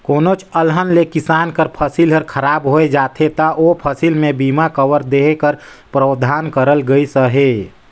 कोनोच अलहन ले किसान कर फसिल हर खराब होए जाथे ता ओ फसिल में बीमा कवर देहे कर परावधान करल गइस अहे